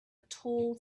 tall